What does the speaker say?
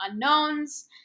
unknowns